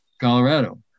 Colorado